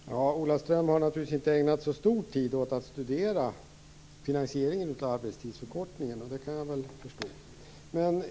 Fru talman! Ola Ström har naturligtvis inte ägnat så lång tid åt att studera finansieringen av arbetstidsförkortningen, och det kan jag förstå.